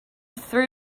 through